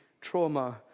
trauma